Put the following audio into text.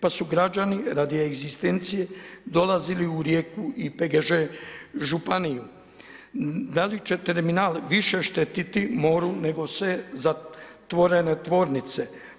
Pa su građani radi egzistencije dolazili u Rijeku i PGŽ županiju da li će terminal više štetiti moru nego se zatvorene tvornice?